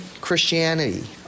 christianity